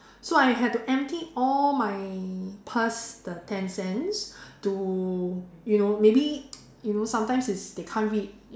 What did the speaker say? so I had to empty all my purse the ten cents to you know maybe you know sometimes it's they can't read